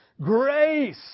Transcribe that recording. grace